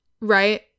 right